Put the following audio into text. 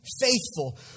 faithful